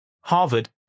Harvard